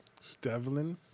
Stevlin